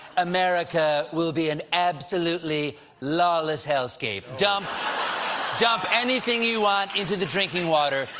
america will be an absolutely lawless hellscape. dump dump anything you want into the drinking water.